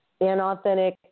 inauthentic